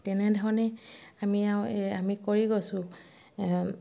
তেনেধৰণে আমি আৰু এই আমি কৰি গৈছোঁ